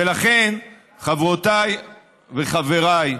ולכן, חברותיי וחבריי,